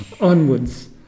onwards